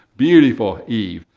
beautiful, eve.